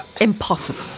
Impossible